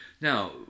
Now